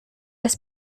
las